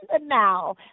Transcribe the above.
now